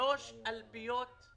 שלוש אלפיות.